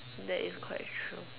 that is quite true